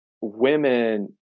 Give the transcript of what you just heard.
women